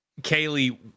Kaylee